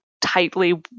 tightly